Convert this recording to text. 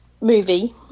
movie